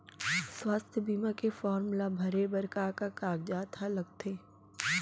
स्वास्थ्य बीमा के फॉर्म ल भरे बर का का कागजात ह लगथे?